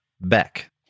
Beck